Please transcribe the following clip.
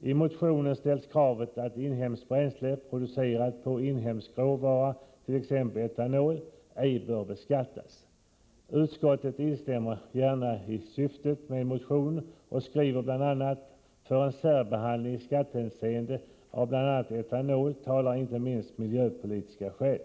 I motionen ställs kravet att inhemskt bränsle producerat av inhemsk råvara —t.ex. etanol — ej bör beskattas. Utskottet instämmer gärna i syftet med motionen och skriver bl.a. att för en särbehandling i skattehänseende av bl.a. etanol talar inte minst miljöpolitiska skäl.